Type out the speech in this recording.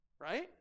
Right